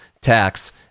tax